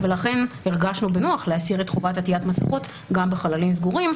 ולכן הרגשנו בנוח להסיר את חובת עטיית המסכות גם בחללים סגורים.